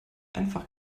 einfach